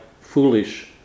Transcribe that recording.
foolish